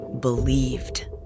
Believed